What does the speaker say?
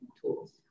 tools